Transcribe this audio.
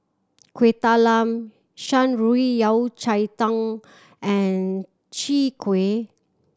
Kueh Talam Shan Rui Yao Cai Tang and Chwee Kueh